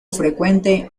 frecuente